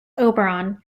oberon